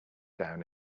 down